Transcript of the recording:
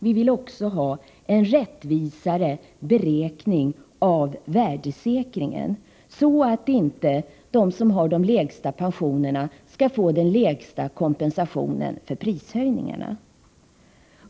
Vi vill också ha en rättvisare beräkning av värdesäkringen, så att inte de som har de lägsta pensionerna får den lägsta kompensationen för prishöjningarna.